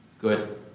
Good